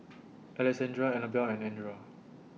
Alexandria Anabelle and Edra